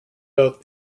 out